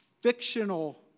fictional